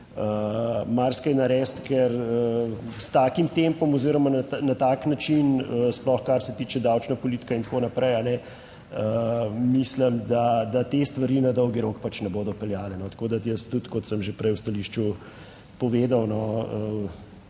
marsikaj narediti, ker s takim tempom oziroma na tak način, sploh kar se tiče davčne politike in tako naprej, a ne, mislim, da te stvari na dolgi rok pač ne bodo peljale. Tako da jaz tudi, kot sem že prej v stališču povedal,